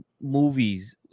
movies